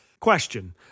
Question